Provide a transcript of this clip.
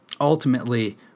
ultimately